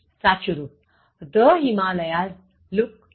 સાચું રુપ The Himalayas look splendid